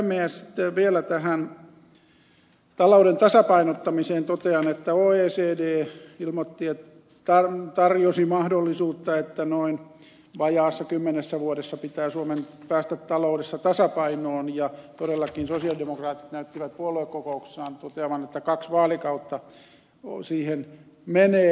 sitten vielä tähän talouden tasapainottamiseen totean että oecd tarjosi mahdollisuutta että noin vajaassa kymmenessä vuodessa pitää suomen päästä taloudessa tasapainoon ja todellakin sosialidemokraatit näyttivät puoluekokouksessaan toteavan että kaksi vaalikautta siihen menee